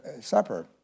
supper